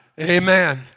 Amen